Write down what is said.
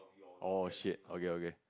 oh shit okay okay